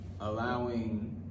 allowing